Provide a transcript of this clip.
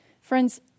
Friends